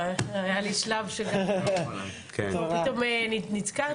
פתאום נזכרתי.